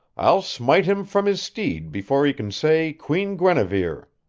i'll smite him from his steed before he can say queen guinevere.